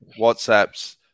WhatsApps